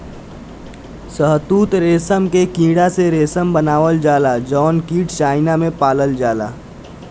शहतूत रेशम के कीड़ा से रेशम बनावल जाला जउन कीट चाइना में पालल जाला